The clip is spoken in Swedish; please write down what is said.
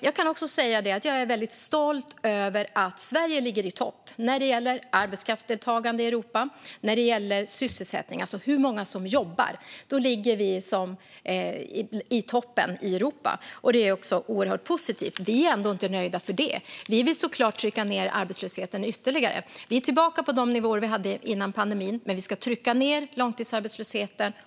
Jag är väldigt stolt över att Sverige ligger i topp när det gäller arbetskraftsdeltagande i Europa. När det gäller sysselsättning, alltså hur många som jobbar, ligger Sverige i toppen i Europa. Det är oerhört positivt. Men vi är ändå inte nöjda, utan vi vill såklart trycka ned arbetslösheten ytterligare. Vi är tillbaka på de nivåer vi hade före pandemin, men vi ska trycka ned långtidsarbetslösheten.